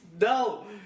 no